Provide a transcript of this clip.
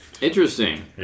Interesting